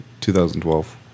2012